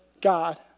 God